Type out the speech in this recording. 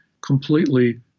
completely